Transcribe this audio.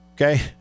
Okay